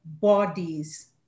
bodies